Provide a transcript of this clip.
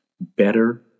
better